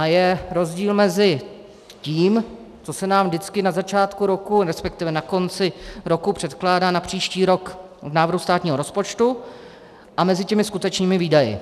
Je rozdíl mezi tím, co se nám vždycky na začátku roku, respektive na konci roku, předkládá na příští rok v návrhu státního rozpočtu, a skutečnými výdaji.